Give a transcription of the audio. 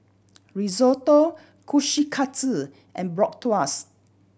Risotto Kushikatsu and Bratwurst